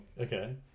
Okay